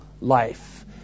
life